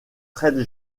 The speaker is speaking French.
traite